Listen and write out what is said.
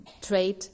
trade